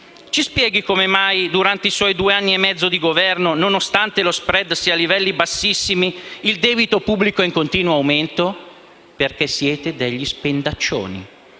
ci spieghi come mai, durante i suoi due anni e mezzo di Governo, sebbene lo *spread* sia a livelli bassissimi, il debito pubblico è in continuo aumento? Ciò avviene perché siete degli spendaccioni,